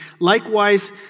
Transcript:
Likewise